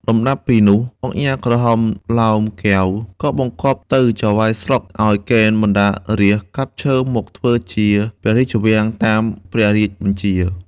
លំដាប់ពីនោះ ឧកញ៉ាក្រឡាហោម កែវ ក៏បង្គាប់ទៅចៅហ្វាយស្រុក ឲ្យកេណ្ឌបណ្ដារាស្ត្រកាប់ឈើមកធ្វើជាព្រះរាជវាំង តាមព្រះរាជបញ្ជា ។